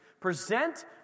present